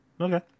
Okay